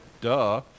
Duh